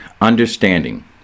Understanding